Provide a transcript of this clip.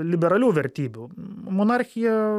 liberalių vertybių monarchija